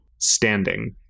standing